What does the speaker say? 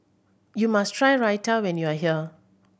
you must try Raita when you are here